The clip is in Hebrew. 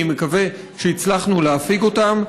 אני מקווה שהצלחנו להפיג אותם.